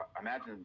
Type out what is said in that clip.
Imagine